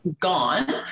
gone